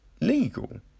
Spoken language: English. legal